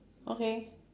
okay